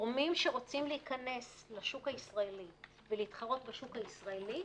שגורמים שרוצים להיכנס לשוק הישראלי ולהתחרות בשוק הישראלי,